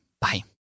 Bye